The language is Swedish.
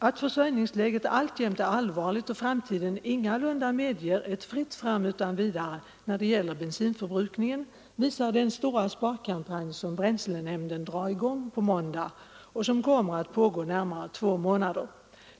Att försörjningsläget alltjämt är allvarligt och att framtiden ingalunda medger ett fritt fram utan vidare när det gäller bensinförbrukningen, det visar den stora sparkampanj som bränslenämnden drar i gång på måndag och som kommer att pågå närmare två månader.